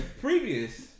previous